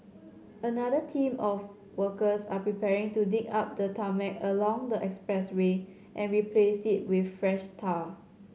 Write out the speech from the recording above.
another team of workers are preparing to dig up the tarmac along the expressway and replace it with fresh tar